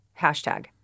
hashtag